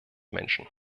menschen